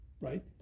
right